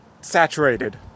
saturated